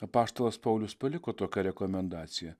apaštalas paulius paliko tokią rekomendaciją